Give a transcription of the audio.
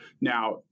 Now